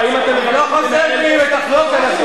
אני לא חוזר בי, על מה לחזור?